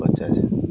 ପଚାଶ